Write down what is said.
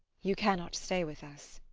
you cannot stay with us.